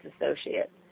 associate